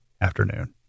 afternoon